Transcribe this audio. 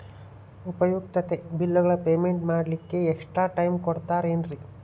ಉಪಯುಕ್ತತೆ ಬಿಲ್ಲುಗಳ ಪೇಮೆಂಟ್ ಮಾಡ್ಲಿಕ್ಕೆ ಎಕ್ಸ್ಟ್ರಾ ಟೈಮ್ ಕೊಡ್ತೇರಾ ಏನ್ರಿ?